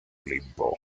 olimpo